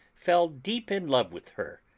fell deep in love with her,